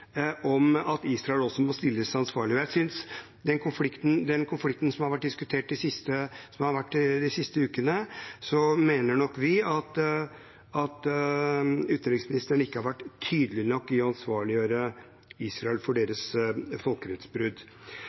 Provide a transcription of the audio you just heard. om at Israel også må stilles ansvarlig. Med hensyn til den konflikten som har vært de siste ukene, mener nok vi at utenriksministeren ikke har vært tydelig nok i å ansvarliggjøre Israel for deres folkerettsbrudd.